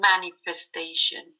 manifestation